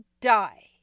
die